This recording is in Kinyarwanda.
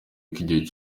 gihe